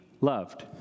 loved